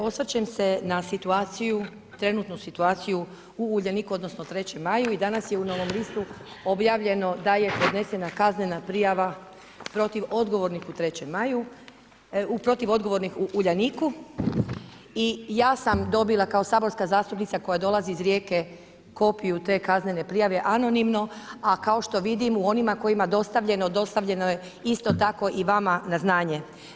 Osvrćem se na trenutnu situaciju u Uljaniku, odnosno 3. maju i danas je u Novom listu objavljeno da je podnesena kaznena prijava protiv odgovornih u 3. maju, protiv odgovornih u Uljaniku i ja sam dobila kao saborska zastupnica koja dolazi iz Rijeke, kopiju te kaznene prijave anonimno, a kao što vidim, u onima kojima dostavljeno, dostavljeno je isto tako i vama na znanje.